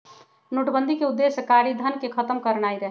नोटबन्दि के उद्देश्य कारीधन के खत्म करनाइ रहै